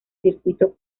circuito